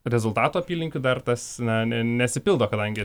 rezultatų apylinkių dar tas na ne ne nesipildo kadangi